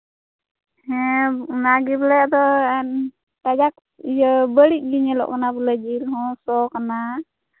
ᱦᱮᱸ ᱚᱱᱟᱜᱮ ᱵᱚᱞᱮ ᱟᱫᱚ ᱠᱟᱡᱟᱠ ᱤᱭᱟᱹ ᱵᱟᱹᱲᱤᱡ ᱜᱮ ᱧᱮᱞᱚᱜ ᱠᱟᱱᱟ ᱵᱚᱞᱮ ᱡᱤᱞ ᱦᱚᱸ ᱥᱚ ᱠᱟᱱᱟ